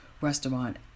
restaurant